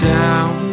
down